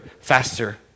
faster